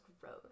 gross